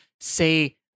say